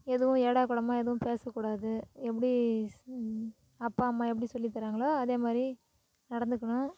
எதுவும் ஏடாகூடமாக எதுவும் பேசக்கூடாது எப்படி அப்பா அம்மா எப்படி சொல்லித் தர்றாங்களோ அதே மாதிரி நடந்துக்கணும்